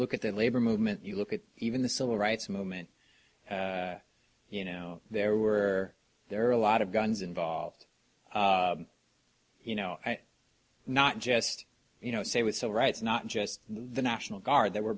look at the labor movement you look at even the civil rights movement you know there were there are a lot of guns involved you know not just you know say with civil rights not just the national guard that were